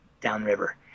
downriver